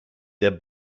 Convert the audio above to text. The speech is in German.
der